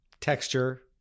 texture